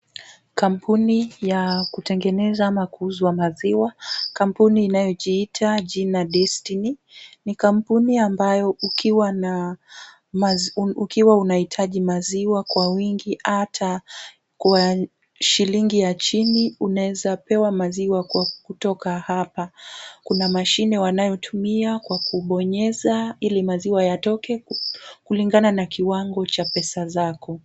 Kampuni ya kutengeneza ama kuuzwa maziwa, kampuni inayojiita jina Destiny. Ni kampuni ambayo ukiwa unahitaji maziwa kwa wingi hata kwa shilingi ya chini, unaweza pewa maziwa kwa kutoka hapa. Kuna mashine wanayotumia kwa kubonyeza ili maziwa yatoke kulingana na kiwango cha pesa zako.